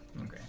Okay